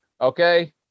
Okay